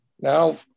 now